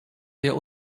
der